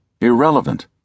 irrelevant